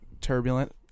turbulent